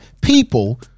people